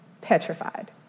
Petrified